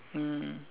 mm